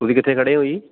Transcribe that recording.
ਤੁਸੀਂ ਕਿੱਥੇ ਖੜ੍ਹੇ ਹੋ ਜੀ